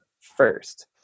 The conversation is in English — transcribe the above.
first